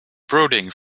brooding